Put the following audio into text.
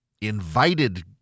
invited